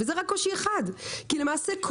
וזה רק קושי אחד כי למעשה,